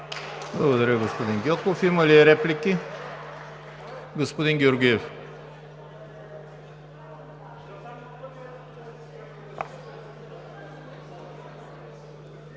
Благодаря, господин Гьоков. Има ли реплики? Господин Георгиев.